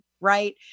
right